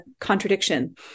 contradiction